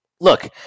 Look